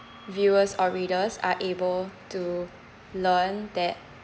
viewers or readers are able to learn that